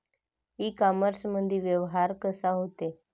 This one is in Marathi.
इ कामर्समंदी व्यवहार कसा होते?